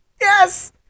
Yes